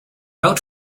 out